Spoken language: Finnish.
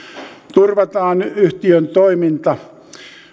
turvataan yhtiön toiminta